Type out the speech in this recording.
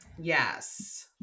yes